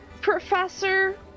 professor